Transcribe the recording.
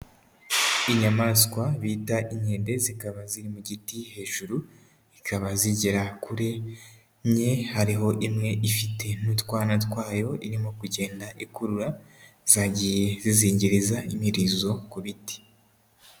Inyamaswa bita inkende zikaba ziri mu giti hejuru, zikaba zigera kuri enye, hariho imwe ifite n'utwana twayo irimo kugenda ikurura zagiye zizingiriza imirizo ku biti.